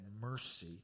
mercy